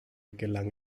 gelang